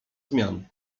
zmian